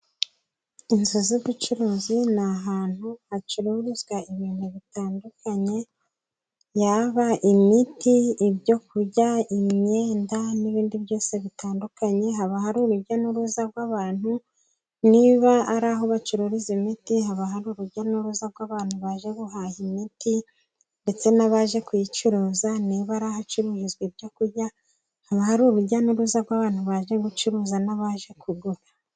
Inzu z'ubucuruzi ni ahantu hacururizwa ibintu bitandukanye, yaba imiti, ibyo kurya, imyenda n'ibindi byose bitandukanye haba hari urujya n'uruza rw'abantu, niba ari aho bacururiza imiti haba hari urujya n'uruza rw'abantu, bari buhaha imiti ndetse n'abaje kuyicuruza niba arahacururizwa ibyo kurya haba hari urujya n'uruza rw'abantu baje gucuruza n'abaje kugura.